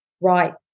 right